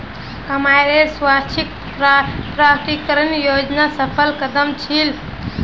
कमाईर स्वैच्छिक प्रकटीकरण योजना सफल कदम छील